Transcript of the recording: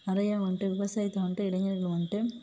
நிறைய வந்துட்டு விவசாயத்தை வந்துட்டு இளைஞர்கள் வந்துட்டு